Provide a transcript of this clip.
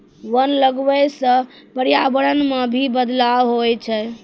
वन लगबै से पर्यावरण मे भी बदलाव हुवै छै